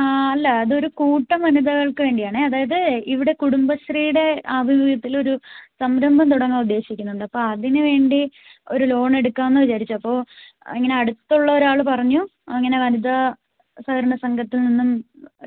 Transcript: അല്ല അതൊരുകൂട്ടം വനിതകൾക്ക് വേണ്ടിയാണ് അതായത് ഇവിടെ കുടുംബശ്രീയുടെ ആഭിമുഖ്യത്തിൽ ഒരു സംരംഭം തുടങ്ങാൻ ഉദ്ദേശിക്കുന്നുണ്ട് അപ്പോൾ അതിനു വേണ്ടി ഒരു ലോൺ എടുക്കാമെന്ന് വിചാരിച്ചു അപ്പോൾ ഇങ്ങനെ അടുത്തുള്ള ഒരാൾ പറഞ്ഞു ഇങ്ങനെ വനിത സഹകരണ സംഘത്തിൽ നിന്നും